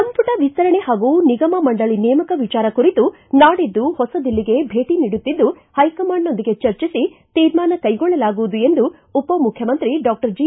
ಸಂಪುಟ ವಿಸ್ತರಣೆ ಹಾಗೂ ನಿಗಮ ಮಂಡಳಿ ನೇಮಕ ವಿಚಾರ ಕುರಿತು ನಾಡಿದ್ದು ಹೊಸ ದಿಲ್ಲಿಗೆ ಭೇಟ ನೀಡುತ್ತಿದ್ದು ಹೈಕಮಾಂಡ್ನೊಂದಿಗೆ ಚರ್ಚಿಸಿ ತೀರ್ಮಾನ ಕೈಗೊಳ್ಳಲಾಗುವುದು ಎಂದು ಉಪಮುಖ್ಚುಮಂತ್ರಿ ಡಾಕ್ಷರ್ ಜಿ